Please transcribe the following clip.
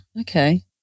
okay